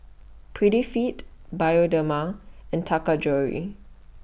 Prettyfit Bioderma and Taka Jewelry